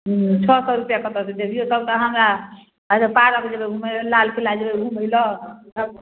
उँह छओ सओ रुपैआ कतऽसँ देब यौ तब तऽ हमरा आओर जे पार्क जेबै घुमैलए लालकिला जेबै घुमैलए